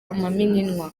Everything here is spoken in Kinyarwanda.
amamininwa